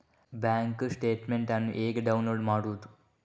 Bank statement ಅನ್ನು ಹೇಗೆ download ಮಾಡುವುದು?